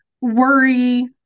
worry